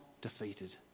defeated